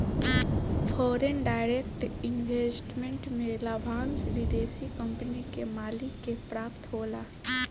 foreign direct investment में लाभांस विदेशी कंपनी के मालिक के प्राप्त होला